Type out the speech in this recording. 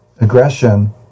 aggression